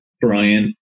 Brian